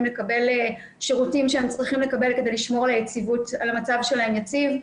לקבל שירותים שהם צריכים לקבל כדי לשמור על המצב שלהם יציב,